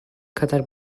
kadar